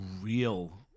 real